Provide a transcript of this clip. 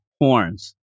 horns